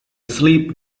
sleep